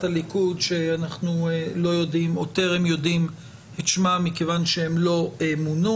הליכוד שאנחנו עוד טרם יודעים את שמם מכיוון שהם לא מונו.